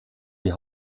die